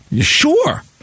Sure